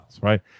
right